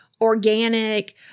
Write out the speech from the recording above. organic